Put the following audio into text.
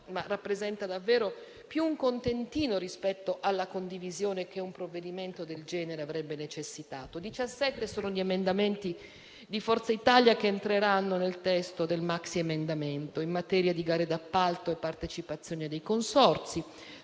ma rappresenta davvero un contentino rispetto alla condivisione che un provvedimento del genere avrebbe necessitato. Sono 17 gli emendamenti di Forza Italia che entreranno nel testo del maxiemendamento: in materia di gare d'appalto e partecipazione dei consorzi;